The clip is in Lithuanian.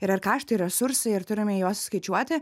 yra ir kaštai resursai ir turime juos skaičiuoti